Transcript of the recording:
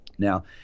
Now